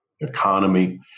economy